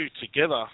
together